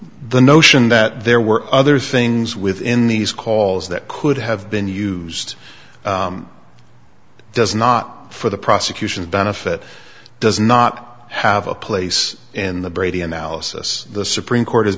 the notion that there were other things within these calls that could have been used it does not for the prosecution's benefit does not have a place in the brady analysis the supreme court has